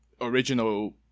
original